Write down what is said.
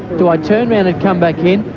do i turn round and come back in?